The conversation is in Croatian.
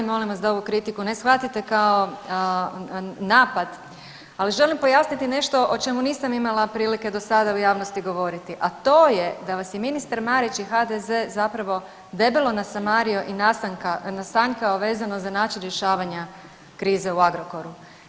Molim vas da ovu kritiku ne shvatite kao napad, ali želim pojasniti nešto o čemu nisam imala prilike do sada u javnosti govoriti, a to je da vas je ministar Marić i HDZ-e zapravo debelo nasamario i nasanjkao vezano za način rješavanja krize u Agrokoru.